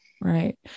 Right